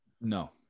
No